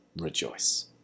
rejoice